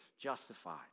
justified